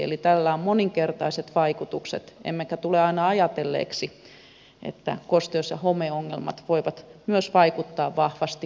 eli tällä on moninkertaiset vaikutukset emmekä tule aina ajatelleeksi että kosteus ja homeongelmat voivat myös vaikuttaa vahvasti työn laatuun